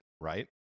right